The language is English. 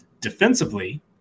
Defensively